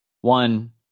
One